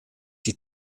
die